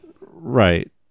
Right